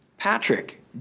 Patrick